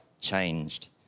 changed